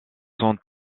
sont